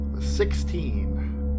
Sixteen